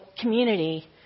community